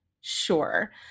Sure